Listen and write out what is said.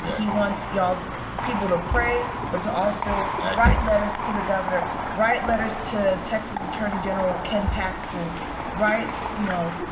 he wants you all people, to pray but to also write letters to the governor write letters to texas attorney general ken paxton write, you know,